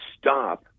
stop